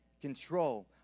control